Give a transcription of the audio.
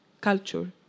culture